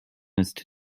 ist